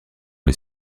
les